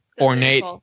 ornate